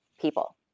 people